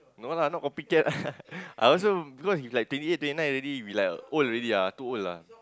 no lah not copy cat ah I also cause you like twenty eight twenty nine already we like old already ah too old lah